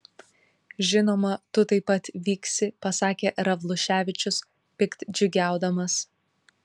žinoma tu taip pat vyksi pasakė ravluševičius piktdžiugiaudamas